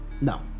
No